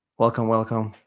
welcome, welcome.